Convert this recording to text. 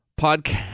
podcast